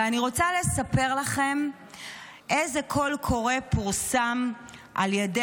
אני רוצה לספר לכם איזה קול קורא פורסם על ידי